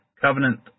covenant